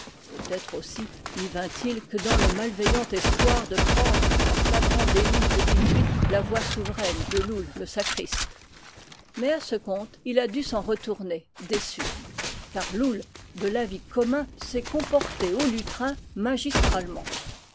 peut-être aussi n'y vint-il que dans le malveillant espoir de prendre en flagrant délit de pituite la voix souveraine de loull le sacriste mais à ce compte il a dû s'en retourner déçu car loull de l'avis commun s'est comporté au lutrin